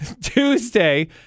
Tuesday